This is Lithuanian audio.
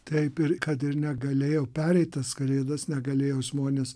taip ir kad ir negalėjo pereitas kalėdas negalėj žmonės